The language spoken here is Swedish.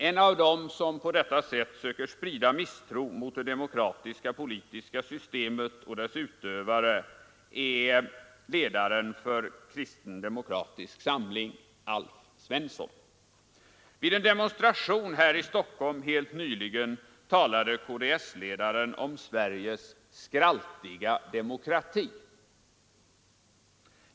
En av dem som på detta sätt söker sprida misstro mot det demokratiska politiska systemet och dess utövare är ledaren för kristen demokratisk samling, Alf Svensson. Vid en demonstration här i Stockholm helt nyligen talade KDS-ledaren om Sveriges ”skraltiga demokrati”.